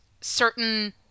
certain